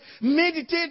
Meditate